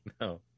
No